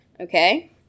Okay